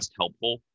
helpful